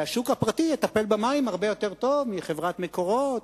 והשוק הפרטי יטפל במים הרבה יותר טוב מחברת "מקורות",